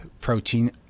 protein